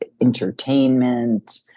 entertainment